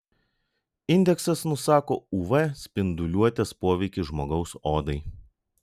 indeksas nusako uv spinduliuotės poveikį žmogaus odai